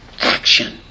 Action